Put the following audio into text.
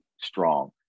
Strong